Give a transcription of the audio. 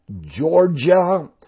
Georgia